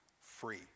free